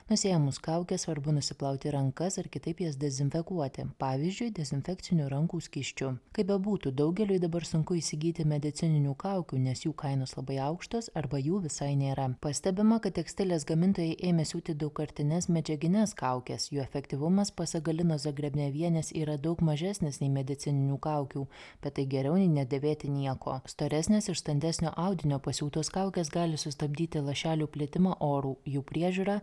nusiėmus kaukę svarbu nusiplauti rankas ar kitaip jas dezinfekuoti pavyzdžiui dezinfekciniu rankų skysčiu kaip bebūtų daugeliui dabar sunku įsigyti medicininių kaukių nes jų kainos labai aukštos arba jų visai nėra pastebima kad tekstilės gamintojai ėmė siūti daugkartines medžiagines kaukes jų efektyvumas pasak galinos zagrebnevienės yra daug mažesnis nei medicininių kaukių bet tai geriau nei nedėvėti nieko storesnės iš standesnio audinio pasiūtos kaukės gali sustabdyti lašelių plitimą oru jų priežiūra